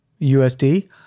USD